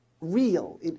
Real